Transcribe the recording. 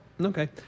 Okay